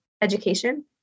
education